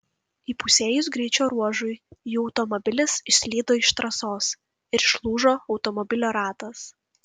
įpusėjus greičio ruožui jų automobilis išslydo iš trasos ir išlūžo automobilio ratas